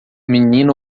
menina